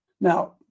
Now